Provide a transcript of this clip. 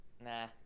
Nah